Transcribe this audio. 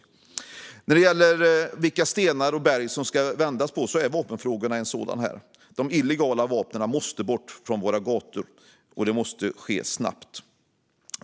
Vapenfrågorna tillhör de stenar och berg som det ska vändas på. De illegala vapnen måste bort från våra gator, och det måste ske snabbt.